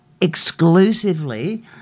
exclusively